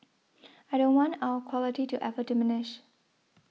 I don't want our quality to ever diminish